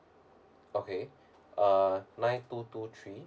okay uh nine two two three